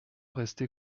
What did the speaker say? rester